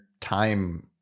time